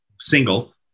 single